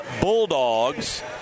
Bulldogs